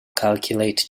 calculate